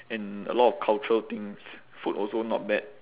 and a lot of cultural things food also not bad